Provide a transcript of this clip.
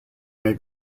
may